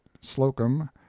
slocum